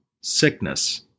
sickness